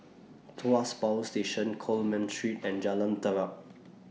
Tuas Power Station Coleman Street and Jalan Terap